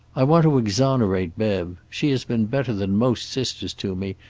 i want to exonerate bev. she has been better than most sisters to me,